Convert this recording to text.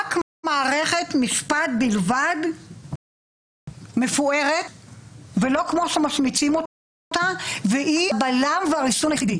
רק מערכת משפט מפוארת ולא כמו שמשמיצים אותה והיא הבלם והריסון היחידי.